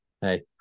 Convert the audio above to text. Hey